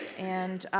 and